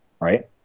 Right